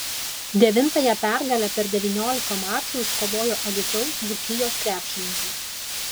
devintąją pergalę per devyniolika mačų iškovojo alytaus dzūkijos krepšininkai